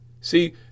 See